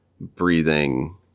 breathing